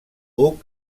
hug